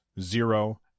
zero